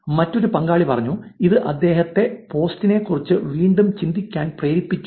മറ്റൊരു പങ്കാളി പറഞ്ഞു ഇത് അദ്ദേഹത്തെ പോസ്റ്റിനെക്കുറിച്ച് വീണ്ടും ചിന്തിക്കാൻ പ്രേരിപ്പിച്ചു